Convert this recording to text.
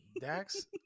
Dax